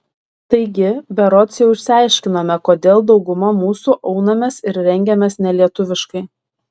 taigi berods jau išsiaiškinome kodėl dauguma mūsų aunamės ir rengiamės nelietuviškai